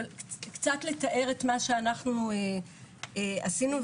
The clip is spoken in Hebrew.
קצת לתאר את מה שאנחנו עשינו.